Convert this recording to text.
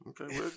Okay